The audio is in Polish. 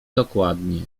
dokładnie